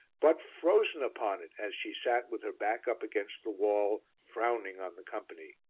but frozen upon it as she sat with her back up against the wall frowning on the company.